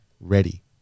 ready